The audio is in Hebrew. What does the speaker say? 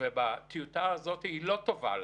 היום זה לא ככה.